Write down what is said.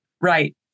Right